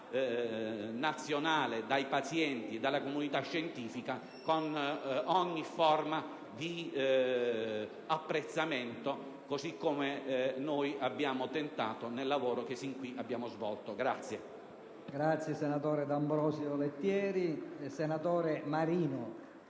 nazionale, dai pazienti e dalla comunità scientifica con ogni forma di apprezzamento), così come noi abbiamo tentato di fare nel lavoro che sin qui abbiamo svolto.